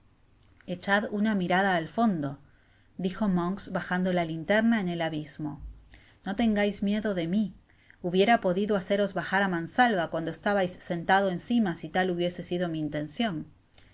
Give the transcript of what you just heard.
echad una mirada al fondo dijo monks bajando la linterna en el abismo in'o tengais miedo de mi hubiera podido haceros bajar á mansalva cuando estabais sentados encima si tal hubiese sido mi intencion